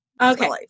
okay